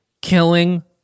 killing